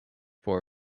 poor